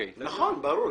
ברור.